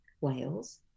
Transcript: Wales